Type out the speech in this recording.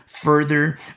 further